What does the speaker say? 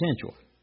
potential